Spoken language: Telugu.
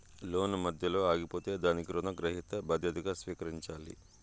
లోను మధ్యలో ఆగిపోతే దానికి రుణగ్రహీత బాధ్యతగా స్వీకరించాలి